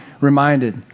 reminded